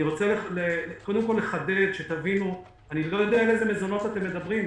אני לא יודע על איזה מזונות אתם מדברים.